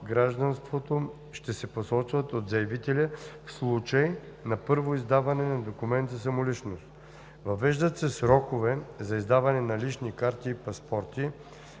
гражданството ще се посочват от заявителя в случай на първо издаване на документ за самоличност. Въвеждат се срокове за издаване на лични карти и паспорти,